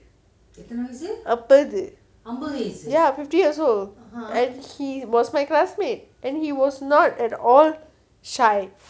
அம்பது:ambathu ya fifty years old and he was my classmate and he was not at all shy